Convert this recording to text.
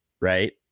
right